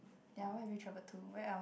ya where have you travelled to where else